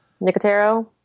Nicotero